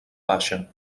baixa